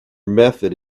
method